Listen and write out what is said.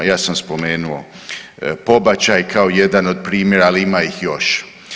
Ja sam spomenuo pobačaj, kao jedan od primjera, ali ima ih još.